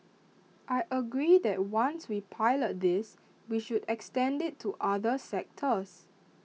I agree that once we pilot this we should extend IT to other sectors